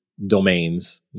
domains